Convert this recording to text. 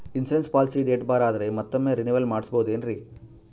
Insurance policy date ಬಾರ್ ಆದರೆ ಮತ್ತೊಮ್ಮೆ ರಿನಿವಲ್ ಮಾಡಿಸಬಹುದೇ ಏನ್ರಿ?